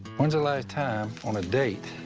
when's the last time, on a date,